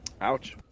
Ouch